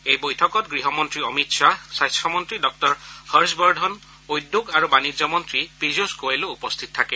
এই বৈঠকত গৃহমন্ত্ৰী অমিত শ্বাহ স্বাস্থ্যমন্ত্ৰী ডাঃ হৰ্ষ বৰ্ধন উদ্যোগ আৰু বাণিজ্য মন্ত্ৰী পিয়ূষ গোয়েলো উপস্থিত আছে